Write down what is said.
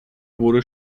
wurde